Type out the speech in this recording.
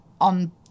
on